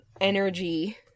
energy